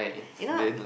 if not